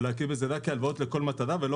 או להכיר בזה רק כהלוואות לכל מטרה ולא